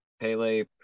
Pele